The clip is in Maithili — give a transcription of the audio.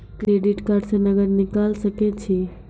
क्रेडिट कार्ड से नगद निकाल सके छी?